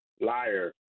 liar